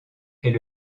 est